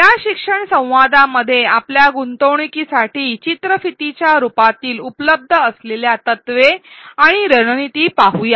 या शिक्षण संवादामध्ये आपल्याला गुंतण्यासाठी चित्रफितीच्या रूपातील उपलब्ध असलेल्या तत्त्वे आणि रणनीती पाहूया